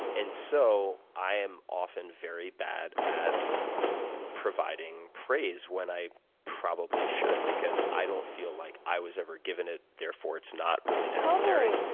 and so i am often very bad at providing praise when i probably should. because i don't feel like i was ever given it, therefore it's not really necessary.